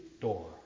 door